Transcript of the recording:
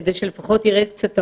כך ירד קצת העומס.